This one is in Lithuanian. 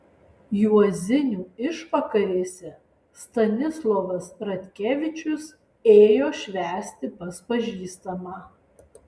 juozinių išvakarėse stanislovas ratkevičius ėjo švęsti pas pažįstamą